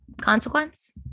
consequence